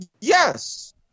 Yes